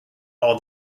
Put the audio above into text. all